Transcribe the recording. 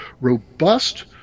robust